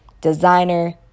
Designer